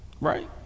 right